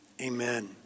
Amen